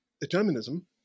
determinism